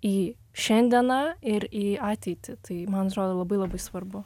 į šiandieną ir į ateitį tai man atrodo labai labai svarbu